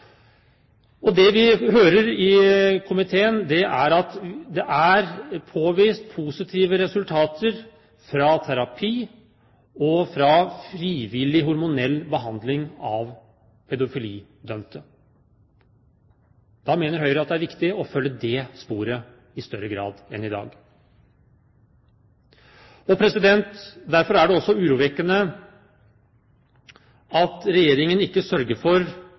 Og det vi hører i komiteen, er at det er påvist positive resultater fra terapi og fra frivillig hormonell behandling av pedofilidømte. Da mener Høyre at det er viktig å følge det sporet i større grad enn i dag. Derfor er det også urovekkende at Regjeringen ikke sørger for